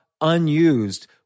unused